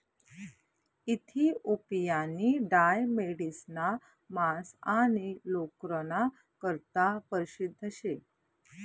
इथिओपियानी डाय मेढिसना मांस आणि लोकरना करता परशिद्ध शे